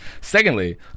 Secondly